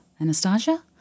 Anastasia